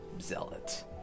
zealot